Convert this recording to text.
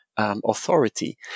authority